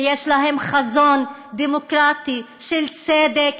ויש להם חזון דמוקרטי של צדק,